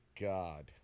God